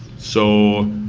so,